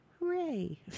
Hooray